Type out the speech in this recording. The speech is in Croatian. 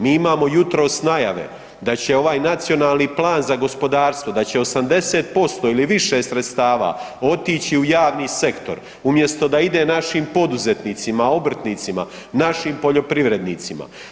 Mi imamo jutros najave da će ovaj nacionalni plan za gospodarstvo, da se 80% ili više sredstava otići u javni sektor umjesto da ide našim poduzetnicima, obrtnicima, našim poljoprivrednicima.